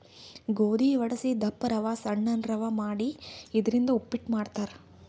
ಗೋಧಿ ವಡಸಿ ದಪ್ಪ ರವಾ ಸಣ್ಣನ್ ರವಾ ಮಾಡಿ ಇದರಿಂದ ಉಪ್ಪಿಟ್ ಮಾಡ್ತಾರ್